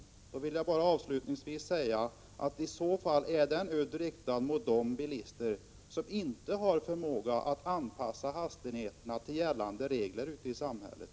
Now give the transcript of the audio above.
Jag vill då bara avslutningsvis säga att i så fall är den udden riktad mot de bilister som inte har förmåga att anpassa hastigheten till gällande regler ute i samhället.